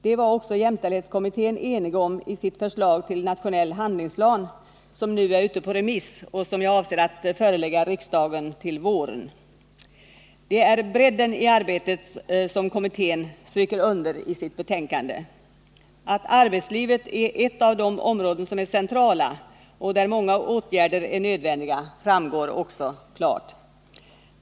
Det var också jämställdhetskommittén enig om i sitt förslag till nationell handlingsplan som nu är ute på remiss och som jag avser att förelägga riksdagen i vår. Det är bredden i arbetet som kommittén stryker under i sitt betänkande. Att arbetslivet är ett av de områden som är centrala och där många åtgärder är nödvändiga framgår också klart.